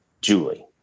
Julie